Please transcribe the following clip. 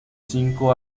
cinco